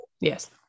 Yes